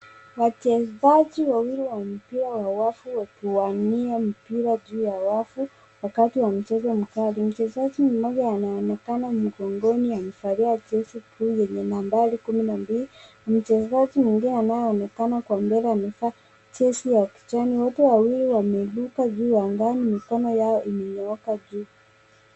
Wachezaji wawili wa mpira wa wavu wakiwania mpira juu ya wavu, wakati wa mchezo mkali. Mchezaji mmoja anaonekana mgongoni amevalia jezi bluu, yenye nambari kumi na mbili. Mchezaji mwingine anayeonekana kwa mbele, amevaa jezi ya kijani. Wote wawili wameruka juu angani, mikono yao imenyooka juu.